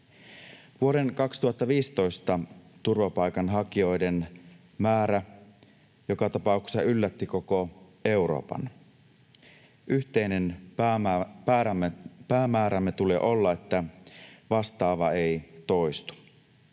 Vuoden 2015 turvapaikanhakijoiden määrä joka tapauksessa yllätti koko Euroopan. Yhteinen päämäärämme tulee olla, että vastaava ei toistu.